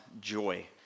joy